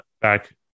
back